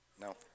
No